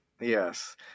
yes